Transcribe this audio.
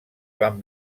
van